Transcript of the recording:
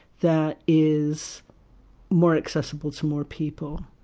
that is more accessible to more people,